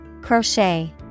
Crochet